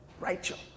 Rachel